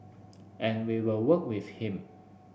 and we will work with him